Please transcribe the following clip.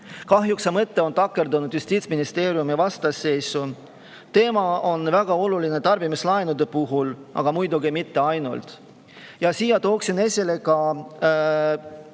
Kahjuks on see mõte takerdunud Justiitsministeeriumi vastuseisu. Teema on väga oluline tarbimislaenude puhul, aga muidugi mitte ainult. Toon esile ka